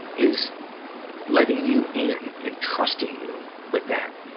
is letting you in and trusting you with that.